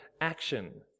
action